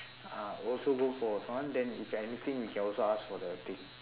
ah also go for a then if anything we also can ask for the thing